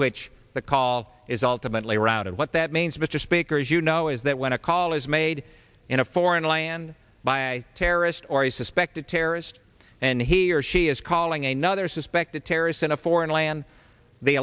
which the call is ultimately routed what that means mr speaker as you know is that when a call is made in a foreign land by a terrorist or a suspected terrorist and he or she is calling a nother suspected terrorist in a foreign land the